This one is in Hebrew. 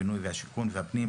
הבינוי והשיכון והפנים,